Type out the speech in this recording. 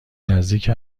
نزدیک